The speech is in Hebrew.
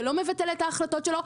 זה לא מבטל את ההחלטות שלו,